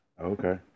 Okay